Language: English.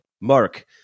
Mark